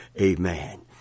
Amen